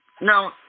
no